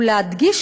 ולהדגיש,